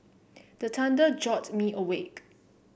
the thunder jolt me awake